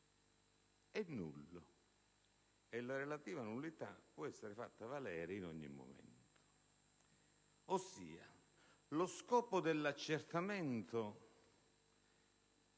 «è nullo e la relativa nullità può essere fatta valere in ogni momento». Ossia, lo scopo dell'accertamento